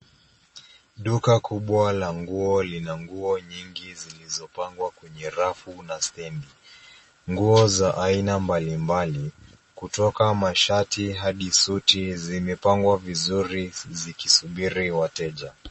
Duka kubwa la nguo lina nguo nyingi zilizopangwa kwenye rafu na stendi, nguo za aina mbalimbali kutoka mashati hadi suti zimepangwa vizuri zikisubiri wateja.